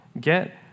Get